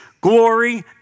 glory